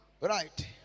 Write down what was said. right